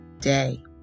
day